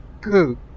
Good